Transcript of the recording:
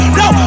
no